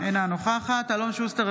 אינה נוכחת אלון שוסטר,